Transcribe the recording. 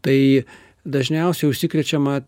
tai dažniausiai užsikrečiama